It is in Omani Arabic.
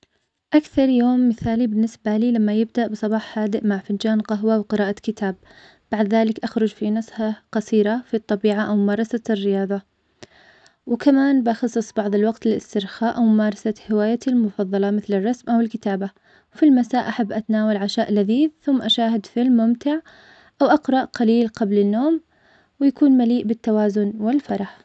أكثر يوم مثالي بالنسبة لي, لما يبدأ بصباح هادئ, مع فنجان قهوة, وقراءة كتاب, بعد ذلك, أخرج في نزهة قصيرة في الطبيعة, وممارسة الرياضة, وكمان بخصص بعض الوقت للإسترخاء, وممارسة هوايتي المفضلة, مثل, الرسم, أو الكتابة, وفي المساء, أحب أتناول عشاء لذيذ, ثم أشاهد فيلم ممتع, أوأقرأ قليل قبل النوم, ويكون مليئ بالتوازن والفرح.